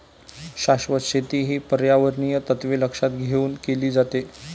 शाश्वत शेती ही पर्यावरणीय तत्त्वे लक्षात घेऊन केली जाते